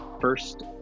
first